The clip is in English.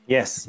Yes